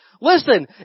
listen